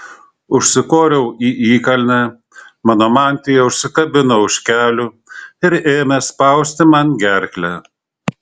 užsikoriau į įkalnę mano mantija užsikabino už kelių ir ėmė spausti man gerklę